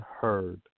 heard